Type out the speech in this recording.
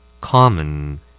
common